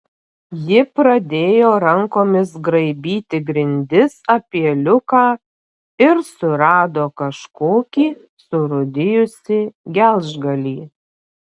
ji pradėjo rankomis graibyti grindis apie liuką ir surado kažkokį surūdijusį gelžgalį